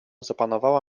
zapanowała